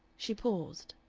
she paused.